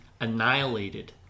annihilated